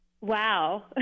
Wow